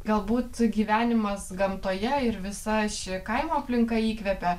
galbūt gyvenimas gamtoje ir visa ši kaimo aplinka įkvepia